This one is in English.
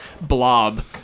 blob